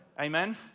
Amen